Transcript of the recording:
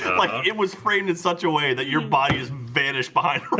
and like it was written in such a way that your body is vanished behind a